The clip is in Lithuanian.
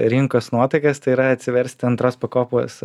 rinkos nuotaikas tai yra atsiversti antros pakopos